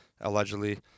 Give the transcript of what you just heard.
allegedly